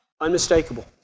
Unmistakable